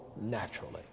naturally